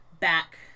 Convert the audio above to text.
back